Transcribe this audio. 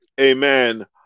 amen